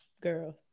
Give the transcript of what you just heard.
girls